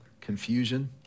confusion